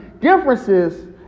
differences